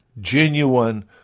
genuine